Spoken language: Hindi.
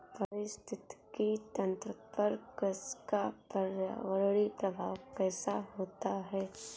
पारिस्थितिकी तंत्र पर कृषि का पर्यावरणीय प्रभाव कैसा होता है?